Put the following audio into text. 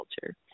culture